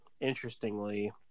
interestingly